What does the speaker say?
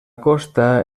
costa